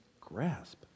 grasp